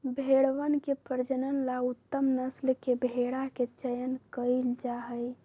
भेंड़वन के प्रजनन ला उत्तम नस्ल के भेंड़ा के चयन कइल जाहई